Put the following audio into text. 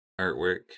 artwork